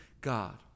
God